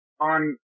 on